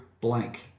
blank